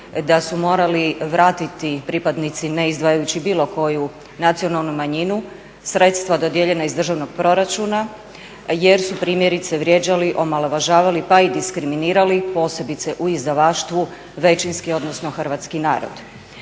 da su morali vratiti pripadnici ne izdvajajući bilo koju nacionalnu manjinu, sredstva dodijeljena izdvojena iz državnog proračuna jer su primjerice vrijeđali, omalovažavali, pa i diskriminirali posebice u izdavaštvu većinski odnosno hrvatski narod?